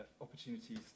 opportunities